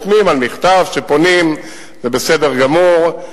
חותמים על מכתב כשפונים, זה בסדר גמור.